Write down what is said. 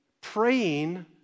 praying